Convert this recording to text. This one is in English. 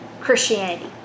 Christianity